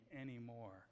anymore